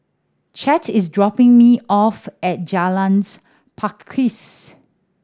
Chet is dropping me off at Jalan Pakis